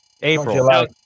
April